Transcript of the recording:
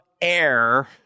air